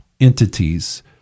entities